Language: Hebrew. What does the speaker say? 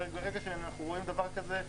ברגע שאנחנו רואים דבר כזה,